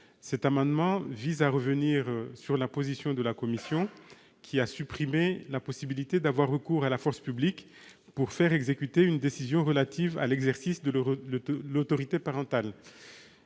Cet amendement vise à revenir sur la position de la commission, qui a supprimé la possibilité d'avoir recours à la force publique pour faire exécuter une décision relative à l'exercice de l'autorité parentale.